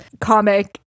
comic